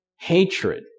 hatred